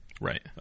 Right